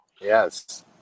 Yes